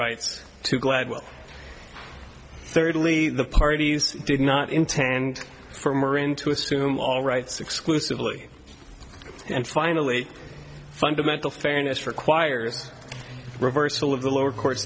rights to gladwell thirdly the parties did not intend for marine to assume all rights exclusively and finally fundamental fairness requires reversal of the lower court